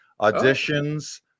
auditions